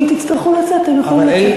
אם תצטרכו לצאת, אתם יכולים לצאת.